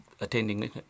attending